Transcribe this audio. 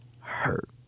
hurt